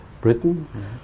Britain